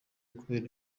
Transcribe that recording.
kubera